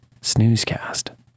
snoozecast